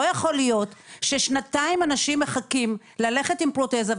לא יכול להיות ששנתיים אנשים מחכים ללכת עם פרוטזה,